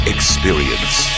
Experience